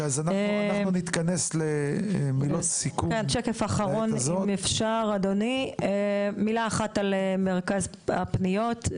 מילה אחת על מרכז הפניות,